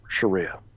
Sharia